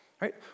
Right